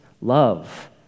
love